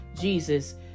Jesus